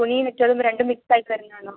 തുണിയും വെച്ച് രണ്ടും മിക്സ് ആയിട്ട് വരുന്നതാണോ